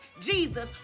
Jesus